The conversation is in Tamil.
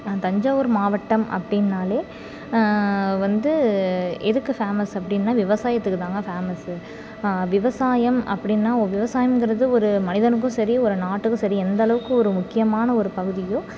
தஞ்சாவூர் மாவட்டம் அப்படின்னாலே வந்து எதுக்கு ஃபேமஸ் அப்படின்னா விவசாயத்துக்கு தாங்க பேமஸ்ஸு விவசாயம் அப்படின்னா விவசாயம்ங்கிறது ஒரு மனிதனுக்கும் சரி ஒரு நாட்டுக்கும் சரி எந்தளவுக்கு ஒரு முக்கியமான ஒரு பகுதியோ